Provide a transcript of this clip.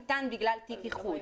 ניתן בגלל תיק איחוד.